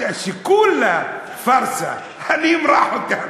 שכולה פארסה: אני אמרח אותם,